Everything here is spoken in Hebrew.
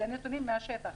זה נתונים מהשטח